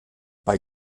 bei